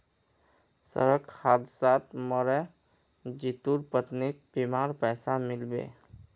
सड़क हादसात मरे जितुर पत्नीक बीमार पैसा मिल बे